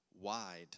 wide